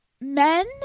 men